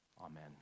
Amen